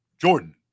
Jordan